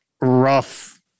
rough